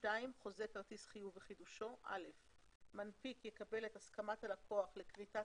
"2.חוזה כרטיס חיוב וחידושו מנפיק יקבל את הסכמת הלקוח לכריתת